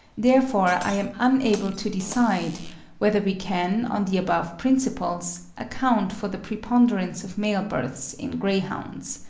therefore i am unable to decide whether we can, on the above principles, account for the preponderance of male births in greyhounds.